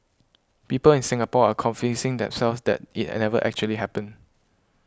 people in Singapore are convincing themselves that it had never actually happened